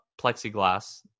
plexiglass